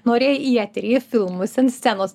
norėjai į eterį į filmus ant scenos